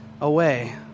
away